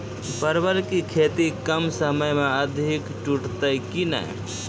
परवल की खेती कम समय मे अधिक टूटते की ने?